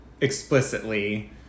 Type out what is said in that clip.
explicitly